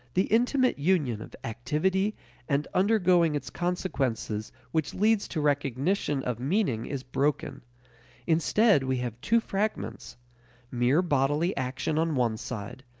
the intimate union of activity and undergoing its consequences which leads to recognition of meaning is broken instead we have two fragments mere bodily action on one side,